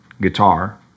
guitar